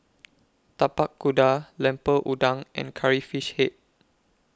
Tapak Kuda Lemper Udang and Curry Fish Head